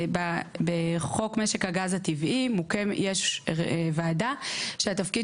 בחוק משק הגז הטבעי יש וועדה שהתפקיד